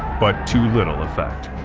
but to little effect.